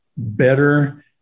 Better